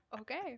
Okay